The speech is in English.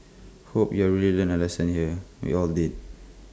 hope you've really learned A lesson here we all did